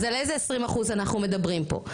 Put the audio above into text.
אז על איזה 20% אנחנו מדברים פה?